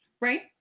Right